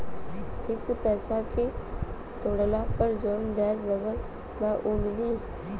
Fix पैसा के तोड़ला पर जवन ब्याज लगल बा उ मिली?